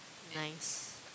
nice